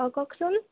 অঁ কওকচোন